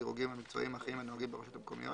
מהדירוגים המקצועיים האחרים הנוהגים ברשויות המקומיות,